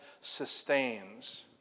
sustains